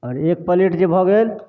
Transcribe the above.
आओर एक प्लेट जे भऽ गेल